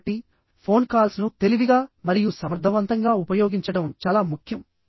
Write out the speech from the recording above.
కాబట్టి ఫోన్ కాల్స్ను తెలివిగా మరియు సమర్థవంతంగా ఉపయోగించడం చాలా ముఖ్యం